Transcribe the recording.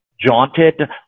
jaunted